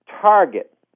target